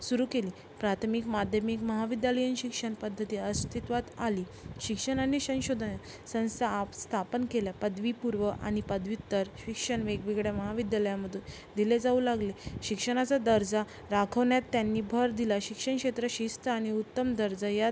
सुरू केली प्राथमिक माध्यमिक महाविद्यालयीन शिक्षणपद्धती अस्तित्वात आली शिक्षणाने संशोधन संस्था आप् स्थापन केलं पदवीपूर्व आणि पदव्युत्तर शिक्षण वेगवेगळ्या महाविद्यालयामधून दिले जाऊ लागले शिक्षणाचा दर्जा राखण्यात त्यांनी भर दिला शिक्षणक्षेत्र शिस्त आणि उत्तम दर्जा यात